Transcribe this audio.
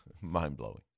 mind-blowing